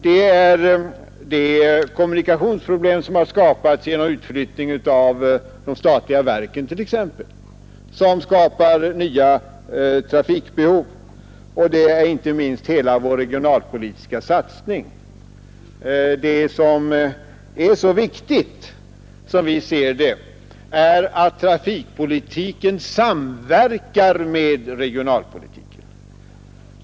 Det har vidare skapats kommunikationsproblem t.ex. genom utflyttningen av statliga verk, varigenom nya trafikbehov uppstår, och inte minst genom hela vår regionalpolitiska satsning. Det är som vi ser det viktigt att trafikpolitiken samverkar med regionalpolitiken.